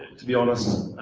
to be honest